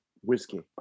Whiskey